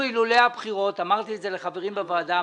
אמרתי לחברים בוועדה,